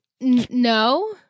no